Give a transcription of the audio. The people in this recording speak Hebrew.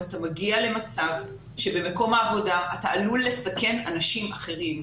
אתה מגיע למצב שבמקום העבודה אתה עלול לסכן אנשים אחרים,